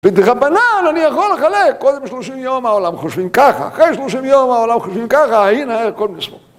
ובדרבנן, אני יכול לחלק, קודם שלושים יום העולם חושבים ככה, אחרי שלושים יום העולם חושבים ככה, הנה כל מי שמור.